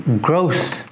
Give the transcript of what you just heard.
gross